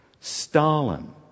Stalin